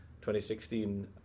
2016